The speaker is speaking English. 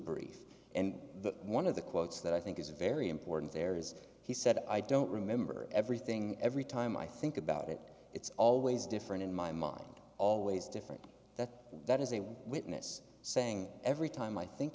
brief and one of the quotes that i think is very important there is he said i don't remember everything every time i think about it it's always different in my mind always different that that is a witness saying every time i think